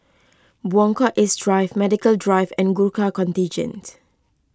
Buangkok East Drive Medical Drive and Gurkha Contingent